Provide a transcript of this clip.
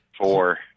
Four